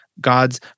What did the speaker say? God's